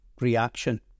reaction